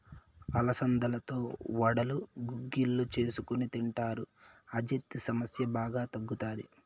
అలసందలతో వడలు, గుగ్గిళ్ళు చేసుకొని తింటారు, అజీర్తి సమస్య బాగా తగ్గుతాది